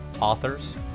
authors